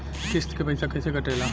किस्त के पैसा कैसे कटेला?